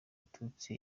abatutsi